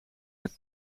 met